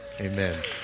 Amen